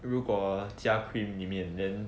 如果加 cream 里面 then